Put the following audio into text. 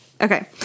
Okay